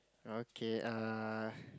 okay uh